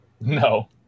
No